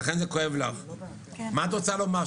מה את רוצה לומר,